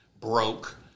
Broke